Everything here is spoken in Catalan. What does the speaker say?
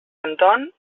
anton